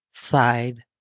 side